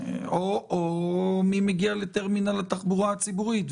או מי מגיע לטרמינל התחבורה הציבורית.